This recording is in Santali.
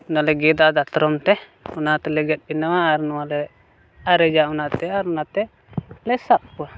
ᱚᱱᱟ ᱞᱮ ᱜᱮᱫᱟ ᱫᱟᱛᱚᱨᱚᱢᱛᱮ ᱚᱱᱟ ᱛᱮᱞᱮ ᱜᱮᱫ ᱵᱮᱱᱟᱣᱟ ᱟᱨ ᱱᱚᱣᱟ ᱞᱮ ᱟᱨᱮᱡᱟ ᱚᱱᱟᱛᱮ ᱟᱨ ᱚᱱᱟᱛᱮ ᱞᱮ ᱥᱟᱵ ᱠᱚᱣᱟ